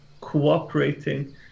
cooperating